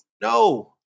No